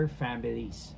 families